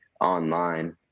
online